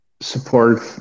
support